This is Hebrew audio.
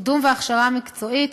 קידום והכשרה מקצועית,